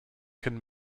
can